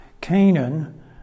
Canaan